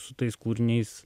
su tais kūriniais